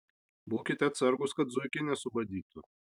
būkite atsargūs kad zuikiai nesubadytų